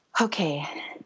okay